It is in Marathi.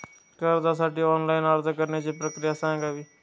कर्जासाठी ऑनलाइन अर्ज करण्याची प्रक्रिया सांगावी